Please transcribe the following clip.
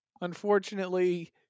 Unfortunately